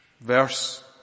Verse